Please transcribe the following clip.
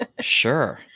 Sure